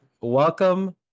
welcome